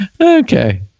Okay